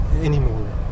anymore